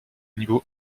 niveau